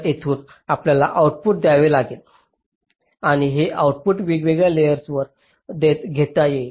तर येथून आपल्याला आउटपुट घ्यावे लागेल आणि हे आउटपुट वेगवेगळ्या लेयर्सवर घेता येईल